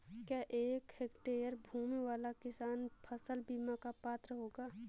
क्या एक हेक्टेयर भूमि वाला किसान फसल बीमा का पात्र होगा?